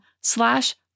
slash